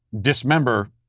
dismember